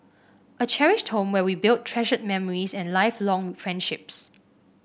a cherished home where we build treasured memories and lifelong friendships